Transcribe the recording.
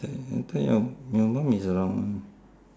your mum is around [one]